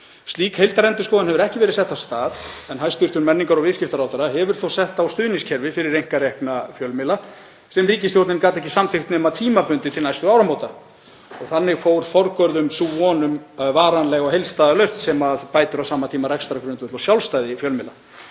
Slík heildarendurskoðun hefur ekki verið sett af stað en hæstv. menningar- og viðskiptaráðherra hefur þó sett á stuðningskerfi fyrir einkarekna fjölmiðla sem ríkisstjórnin gat ekki samþykkt nema tímabundið til næstu áramóta. Þannig fór forgörðum von um varanlega og heildstæða lausn sem bætir á sama tíma rekstrargrundvöll og sjálfstæði fjölmiðla.